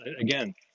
again